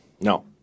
No